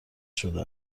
شده